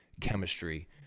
chemistry